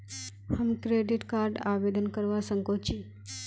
हम credit card आवेदन करवा संकोची?